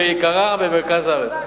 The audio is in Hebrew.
שעיקרה במרכז הארץ.